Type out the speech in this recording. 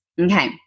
Okay